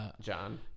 John